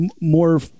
more